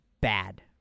bad